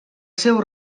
seu